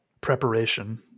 preparation